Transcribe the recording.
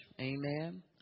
Amen